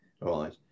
right